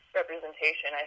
representation